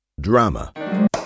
Drama